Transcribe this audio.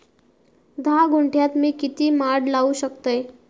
धा गुंठयात मी किती माड लावू शकतय?